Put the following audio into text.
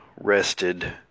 rested